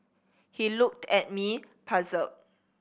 he looked at me puzzled